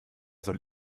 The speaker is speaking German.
soll